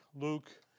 Luke